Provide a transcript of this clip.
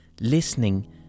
listening